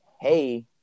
Hey